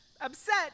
upset